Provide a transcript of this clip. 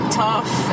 tough